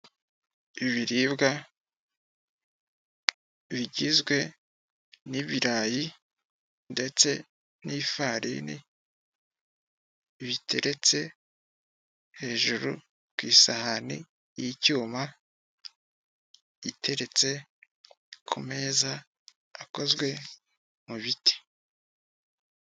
Ibiribwa bigizwe n'ibirayi, ndetse n'ifarini biteretse hejuru ku isahani y'icyuma iteretse ku meza akozwe mu biti.